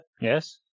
Yes